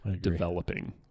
developing